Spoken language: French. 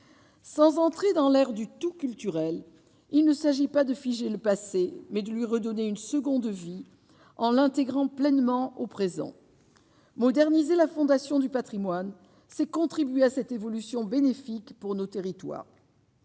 sans entrer dans l'air du tout culturel, il ne s'agit pas de figer le passé, mais de lui redonner une seconde vie en l'intégrant pleinement au présent, moderniser la Fondation du Patrimoine c'est contribuent à cette évolution bénéfique pour nos territoires.